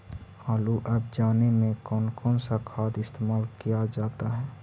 आलू अब जाने में कौन कौन सा खाद इस्तेमाल क्या जाता है?